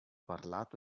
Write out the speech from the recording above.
parlato